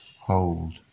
hold